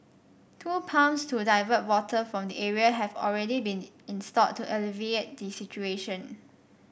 two pumps to divert water from the area have already been installed to alleviate the situation